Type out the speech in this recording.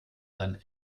seinen